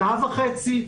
שעה וחצי,